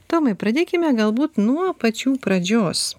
tomai pradėkime galbūt nuo pačių pradžios